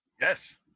Yes